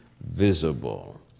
visible